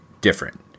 different